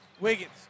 Wiggins